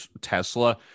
Tesla